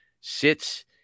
sits